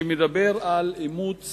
שמדבר על אימוץ